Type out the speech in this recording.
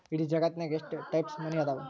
ಇಡೇ ಜಗತ್ತ್ನ್ಯಾಗ ಎಷ್ಟ್ ಟೈಪ್ಸ್ ಮನಿ ಅದಾವ